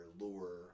lure